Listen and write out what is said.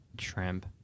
shrimp